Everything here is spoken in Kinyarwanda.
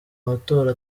amatora